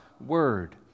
word